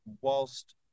Whilst